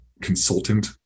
consultant